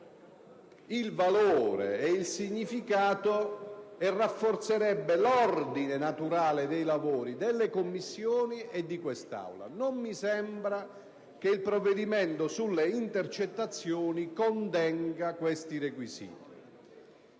il valore ed il significato e rafforzerebbe l'ordine naturale dei lavori delle Commissioni e dell'Aula. Non mi sembra che il provvedimento sulle intercettazioni contenga questi requisiti.